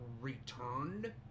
returned